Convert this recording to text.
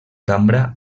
cambra